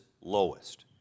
lowest